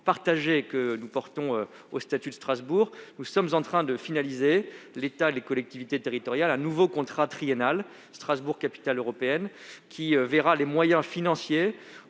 partagé que nous consacrons au statut de Strasbourg, nous sommes en train de finaliser entre l'État et les collectivités territoriales un nouveau contrat triennal « Strasbourg, capitale européenne », qui verra les moyens financiers